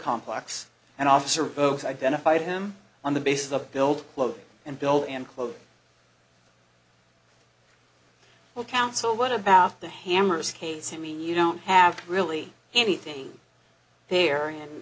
complex and officer both identified him on the basis of build and build and quote well counsel what about the hammer's case i mean you don't have really anything there and